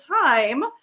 time